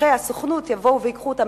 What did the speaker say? שליחי הסוכנות יבואו וייקחו אותם,